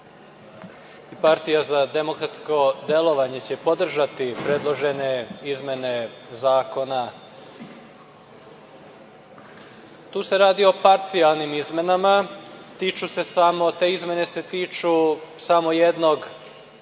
Partija za demokratsko delovanje će podržati predložene izmene zakona. Tu se radi o parcijalnim izmenama. Te izmene se tiču samo jednog problema